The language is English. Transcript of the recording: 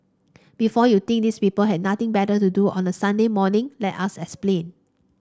before you think these people had nothing better to do on a Sunday morning let us explain